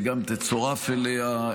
וגם תצורף אליה,